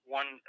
one